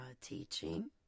teaching